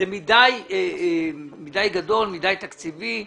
זה גדול מדי, תקציבי מדי,